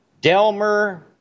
Delmer